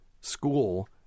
school